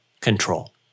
control